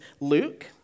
Luke